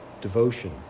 devotion